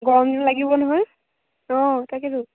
গৰম দিনত লাগিব নহয় অঁ তাকেটো